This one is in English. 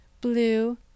blue